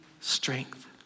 strength